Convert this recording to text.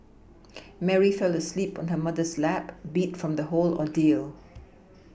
Mary fell asleep on her mother's lap beat from the whole ordeal